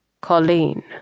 Colleen